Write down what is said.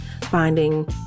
finding